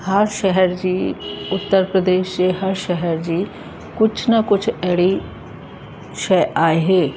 हर शहर जी उत्तर प्रदेश जे हर शहर जी कुझु न कुझु अहिड़ी शइ आहे